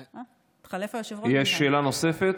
יש שאלה נוספת?